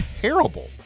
terrible